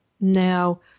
Now